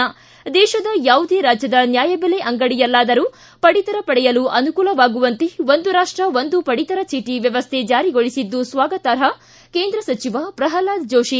ಿ ದೇಶದ ಯಾವುದೇ ರಾಜ್ಯದ ನ್ಯಾಯಬೆಲೆ ಅಂಗಡಿಯಲ್ಲಾದರೂ ಪಡಿತರ ಪಡೆಯಲು ಅನುಕೂಲವಾಗುವಂತೆ ಒಂದು ರಾಷ್ಟ ಒಂದು ಪಡಿತರ ಚೀಟಿ ವ್ಯವಸ್ಥೆ ಜಾರಿಗೊಳಿಸಿದ್ದು ಸ್ವಾಗತಾರ್ಪ ಕೇಂದ್ರ ಸಚಿವ ಪ್ರಹ್ಲಾದ್ ಜೋಶಿ